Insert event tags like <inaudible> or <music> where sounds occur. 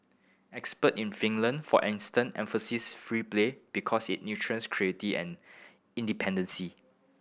expert in Finland for instance emphasise free play because it <unintelligible> creativity and independence